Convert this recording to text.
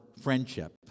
friendship